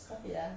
stop it uh